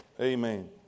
Amen